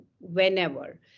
whenever